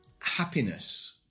happiness